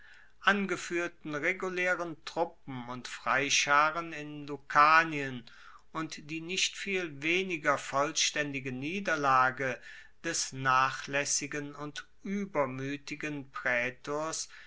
angefuehrten regulaeren truppen und freischaren in lucanien und die nicht viel weniger vollstaendige niederlage des nachlaessigen und uebermuetigen praetors